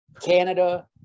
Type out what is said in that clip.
Canada